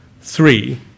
Three